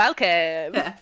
welcome